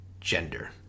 gender